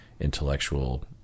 intellectual